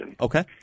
Okay